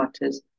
matters